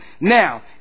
Now